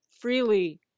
freely